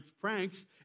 pranks